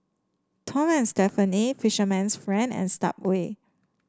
Tom and Stephanie Fisherman's Friend and Subway